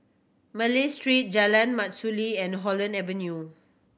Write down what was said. Malay Street Jalan Mastuli and Holland Avenue